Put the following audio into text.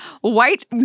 white